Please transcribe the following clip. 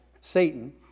Satan